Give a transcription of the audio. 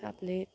आपले